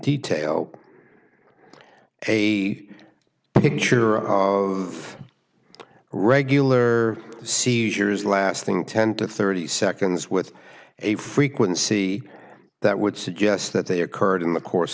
detail a picture of regular seizures lasting ten to thirty seconds with a frequency that would suggest that they occurred in the course